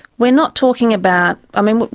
we're not talking about. i mean,